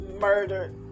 murdered